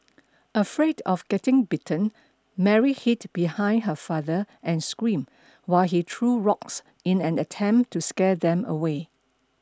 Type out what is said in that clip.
afraid of getting bitten Mary hid behind her father and screamed while he threw rocks in an attempt to scare them away